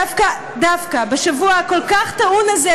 דווקא בשבוע הכל-כך טעון הזה,